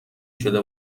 شده